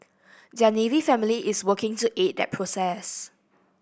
their navy family is working to aid that process